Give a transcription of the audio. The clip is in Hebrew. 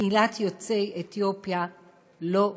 קהילת יוצאי אתיופיה לא שווה.